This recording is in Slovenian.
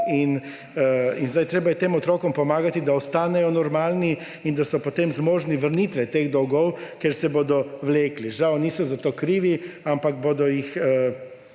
In sedaj je treba tem otrokom pomagati, da ostanejo normalni in da so potem zmožni vrnitve teh dolgov, ker se bodo vlekli. Žal niso za to krivi, ampak bodo jih